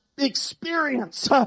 experience